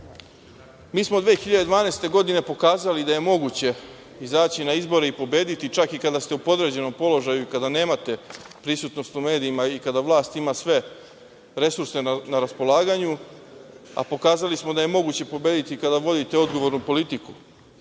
smo 2012. godine pokazali da je moguće izaći na izbore i pobediti čak i kada ste u podređenom položaju, kada nemate prisutnost u medijima i kada vlast ima sve resurse na raspolaganju, a pokazali smo da je moguće pobediti kada vodite odgovornu politiku,